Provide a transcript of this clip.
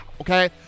okay